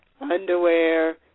underwear